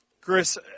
Chris